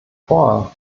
vor